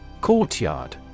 Courtyard